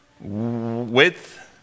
width